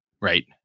right